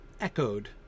echoed